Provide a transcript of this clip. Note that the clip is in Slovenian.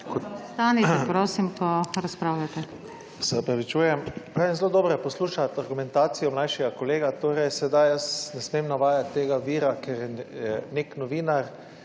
zelo dobro poslušati argumentacijo mlajšega kolega. Torej sedaj ne smem navajati tega vira, ker je nek novinar